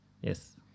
Yes